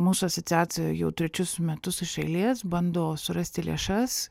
mūsų asociacija jau trečius metus iš eilės bando surasti lėšas